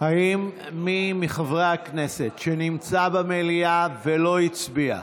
האם מי מחברי הכנסת נמצא במליאה ולא הצביע?